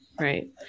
right